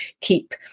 keep